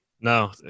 No